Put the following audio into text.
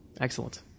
Excellent